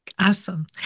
Awesome